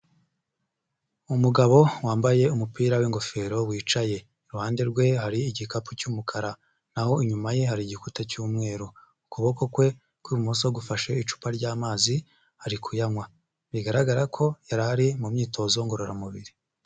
Umugabo wambaye umupira w'ingofero wicaye. Iruhande rwe, hari igikapu cy'umukara na ho inyuma ye hari igikuta cy'umweru. Ukuboko kwe kw'ibumoso gufashe icupa ry'amazi, ari kuyanywa. Bigaragara ko yari ari mu myitozo ngororamubiri.